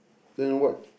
then what